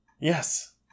Yes